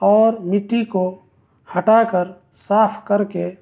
اور مٹی کو ہٹا کر صاف کر کے